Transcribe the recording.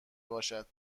باشد